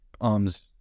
arms